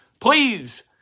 please